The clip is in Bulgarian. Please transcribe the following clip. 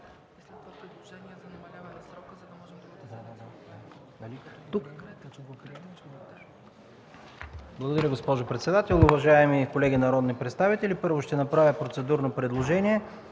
Уважаема госпожо председател, уважаеми колеги народни представители, правя процедурно предложение